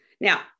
Now